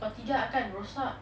kalau tidak akan rosak